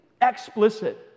explicit